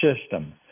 system